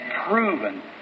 proven